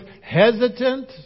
hesitant